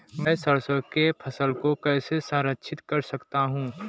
मैं सरसों की फसल को कैसे संरक्षित कर सकता हूँ?